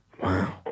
Wow